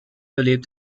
lebt